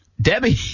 Debbie